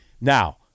Now